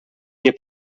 nie